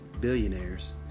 billionaires